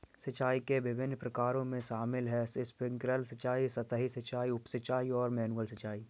सिंचाई के विभिन्न प्रकारों में शामिल है स्प्रिंकलर सिंचाई, सतही सिंचाई, उप सिंचाई और मैनुअल सिंचाई